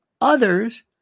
others